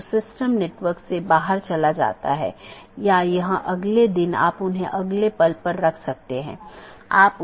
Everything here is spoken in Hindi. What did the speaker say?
अगर जानकारी में कोई परिवर्तन होता है या रीचचबिलिटी की जानकारी को अपडेट करते हैं तो अपडेट संदेश में साथियों के बीच इसका आदान प्रदान होता है